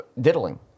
diddling